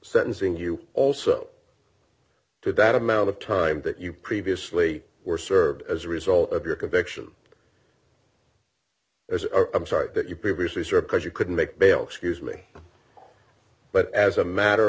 sentencing you also to that amount of time that you previously were served as a result of your conviction as i'm sorry that you previously served because you couldn't make bail scuse me but as a matter